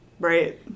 Right